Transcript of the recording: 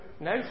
no